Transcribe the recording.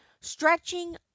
stretching